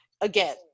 again